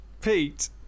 Pete